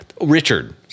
richard